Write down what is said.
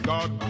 God